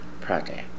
project